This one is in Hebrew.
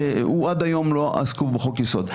עד היום לא עסקו בו בחוק יסוד.